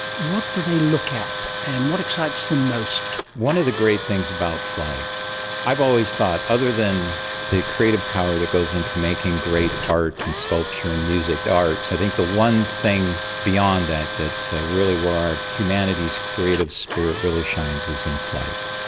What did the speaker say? what do they look at, and what excites them most? one of the great things about flight i've always thought, other than the creative power that goes into making great art and sculpture and music, the arts, i think the one thing beyond that really where humanity's creative spirit really shines is in flight.